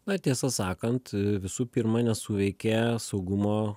nair tiesą sakant visų pirma nesuveikė saugumo